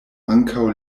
ankaŭ